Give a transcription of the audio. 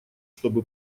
чтобы